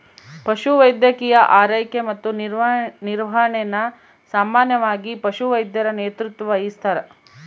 ಪಶುವೈದ್ಯಕೀಯ ಆರೈಕೆ ಮತ್ತು ನಿರ್ವಹಣೆನ ಸಾಮಾನ್ಯವಾಗಿ ಪಶುವೈದ್ಯರು ನೇತೃತ್ವ ವಹಿಸ್ತಾರ